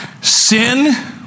Sin